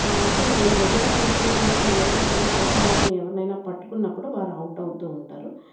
అయితే వీరు వెళ్ళినప్పుడు కూత వేసుకుంటూ వెళ్ళినప్పుడు అవతలి వారిని ఎవరినైనా పట్టుకున్నప్పుడు వారు అవుట్ అవుతూ ఉంటారు